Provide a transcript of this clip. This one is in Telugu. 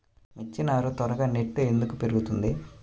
మిర్చి నారు త్వరగా నెట్లో ఎందుకు పెరుగుతుంది?